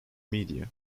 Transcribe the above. media